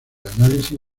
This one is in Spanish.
análisis